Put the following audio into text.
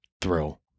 thrill